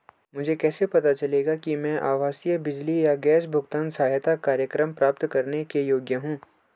मुझे कैसे पता चलेगा कि मैं आवासीय बिजली या गैस भुगतान सहायता कार्यक्रम प्राप्त करने के योग्य हूँ?